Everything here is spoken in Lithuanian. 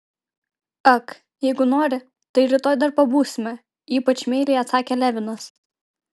ak jeigu nori tai rytoj dar pabūsime ypač meiliai atsakė levinas